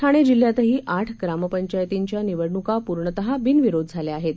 ठाणेजिल्ह्यातहीआठग्रामपंचायतींच्यानिवडणुकापूर्णतःबिनविरोधझाल्याआहेत